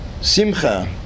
simcha